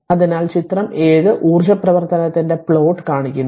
അതിനാൽ ചിത്രം 7 ഊർജ്ജ പ്രവർത്തനത്തിന്റെ പ്ലോട്ട് കാണിക്കുന്നു